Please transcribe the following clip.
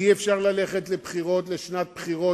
אי-אפשר ללכת לשנת בחירות,